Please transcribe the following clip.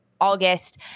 August